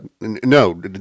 no